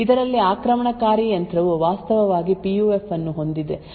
ಇದರಲ್ಲಿ ಆಕ್ರಮಣಕಾರಿ ಯಂತ್ರವು ವಾಸ್ತವವಾಗಿ ಪಿಯುಎಫ್ ಅನ್ನು ಹೊಂದಿರದೆ ದೃಢೀಕರಿಸಬಹುದು